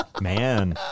Man